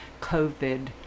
COVID